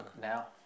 now